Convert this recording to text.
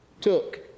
took